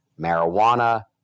marijuana